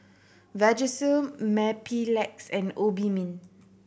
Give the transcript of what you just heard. Vagisil Mepilex and Obimin